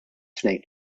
tnejn